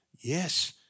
Yes